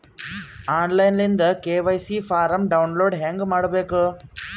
On line ದಿಂದ KYC form download ಹೇಂಗ ಮಾಡಬೇಕು?